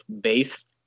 based